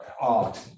art